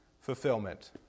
fulfillment